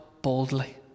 boldly